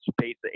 space